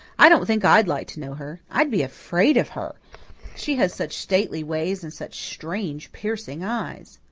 i don't think i'd like to know her. i'd be afraid of her she has such stately ways and such strange, piercing eyes.